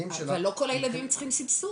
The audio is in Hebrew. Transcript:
הילדים שלה --- אבל לא כל הילדים צריכים סבסוד,